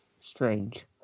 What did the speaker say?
strange